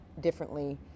differently